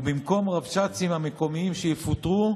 ובמקום הרבש"צים המקומיים, שיפוטרו,